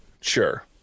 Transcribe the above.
Sure